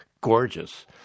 Gorgeous